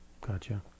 gotcha